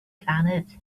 planet